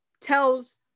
tells